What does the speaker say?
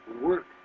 work